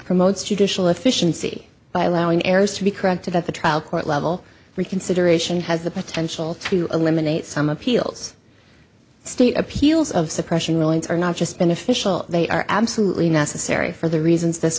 promotes judicial efficiency by allowing heirs to be corrected at the trial court level reconsideration has the potential to eliminate some appeals state appeals of suppression rulings are not just beneficial they are absolutely necessary for the reasons this